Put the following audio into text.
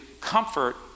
comfort